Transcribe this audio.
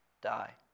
die